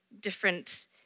different